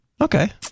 Okay